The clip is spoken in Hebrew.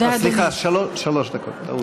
סליחה, שלוש דקות, טעות שלי.